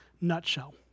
nutshell